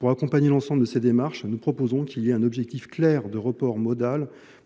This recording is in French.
pour accompagner l'ensemble de ces démarches nous proposons qu'il y ait un objectif clair de report modal